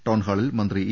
ടൌൺഹാ ളിൽ മന്ത്രി ഇ